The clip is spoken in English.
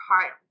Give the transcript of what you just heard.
heart